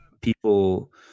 People